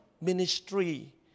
ministry